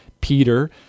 Peter